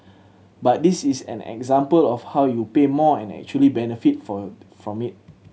but this is an example of how you pay more and actually benefit for from it